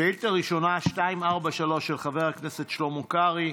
שאילתה ראשונה, 243, של חבר הכנסת שלמה קרעי,